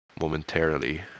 momentarily